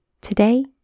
Today